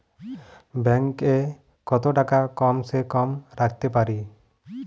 Bank এ কত টাকা কম সে কম রাখতে পারি?